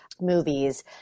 movies